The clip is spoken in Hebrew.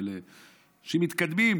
מתקדמים,